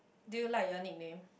do you like your nickname